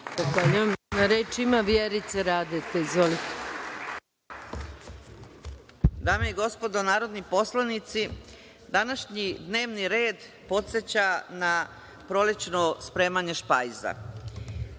Dame i gospodo narodni poslanici, današnji dnevni red podseća na prolećno spremanje špajza.